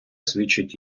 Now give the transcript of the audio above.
свідчить